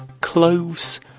cloves